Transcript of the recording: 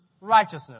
righteousness